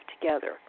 together